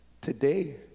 today